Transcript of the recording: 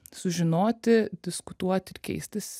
sužinoti diskutuot ir keistis